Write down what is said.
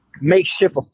makeshift